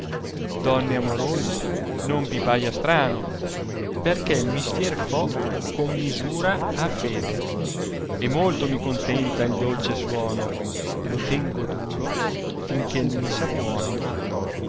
donne amorose non vi paia strano perchè il mistier fo con misura a tede e molto mi contenta il dolce suono lo tengo duro fin che il mi sa buono